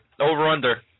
over-under